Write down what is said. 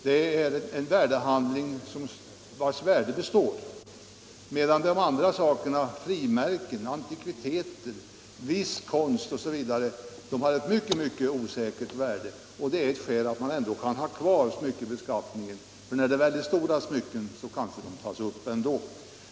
Det är en ”värdehandling” vars värde består, medan de andra sakerna — frimärken, antikviteter, viss konst osv. — har ett mycket, mycket osäkert värde. Nr 7 Detta är ett skäl till att man ändå kan ha kvar smyckebeskattningen. När det gäller stora smycken kanske de tas upp ändå.